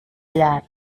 llar